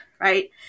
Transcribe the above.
right